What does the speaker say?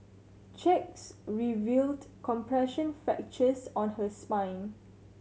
checks revealed compression fractures on her spine